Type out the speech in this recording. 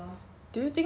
去比较多